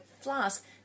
flask